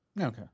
Okay